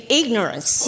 ignorance